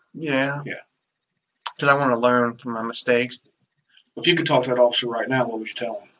yeah yeah cause i want to learn from my mistakes if you could talk to that officer right now, what would you tell him?